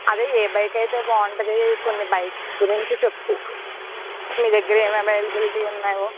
అదే ఏ బైక్ అయితే బాగుంటుంది కొన్ని బైక్స్ గురించి చెప్పు నీ దగ్గర ఎం అవైలబిలిటీ ఉన్నాయో